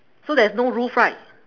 so there's no roof right